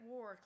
War